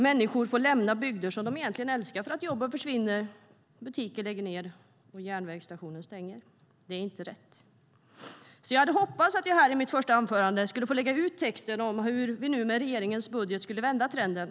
Människor får lämna bygder som de egentligen älskar, för jobben försvinner, butikerna lägger ned och järnvägsstationen stänger. Det är inte rätt. Jag hade hoppats att jag i mitt första anförande skulle få lägga ut texten om hur vi nu med regeringens budget skulle vända trenden.